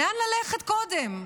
לאן ללכת קודם?